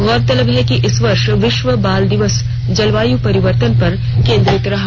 गौरतलब है कि इस वर्ष विश्व बाल दिवस जलवायु परिवर्तन पर केन्द्रित रहा